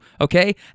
okay